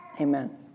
amen